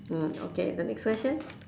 mm okay the next question